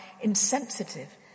insensitive